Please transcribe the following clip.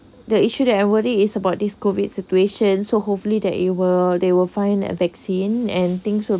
the issue that I worried is about this COVID situation so hopefully that it will they will find a vaccine and things soon